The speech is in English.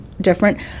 different